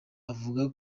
avuga